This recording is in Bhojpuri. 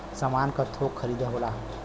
सामान क थोक खरीदी होला